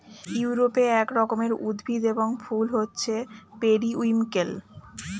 ইউরোপে এক রকমের উদ্ভিদ এবং ফুল হচ্ছে পেরিউইঙ্কেল